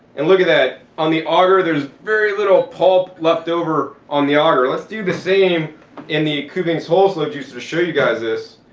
and look at that. on the auger, there's very little pulp leftover on the auger. let's do the same in the kuvings whole slow juicer to show you guys this.